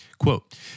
Quote